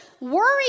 worry